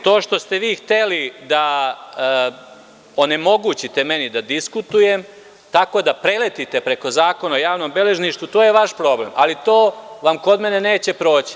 To što ste vi hteli da onemogućite meni da diskutujem, tako da preletite preko Zakona o javnom beležništvu, to je vaš problem, ali to vam kod mene neće proći.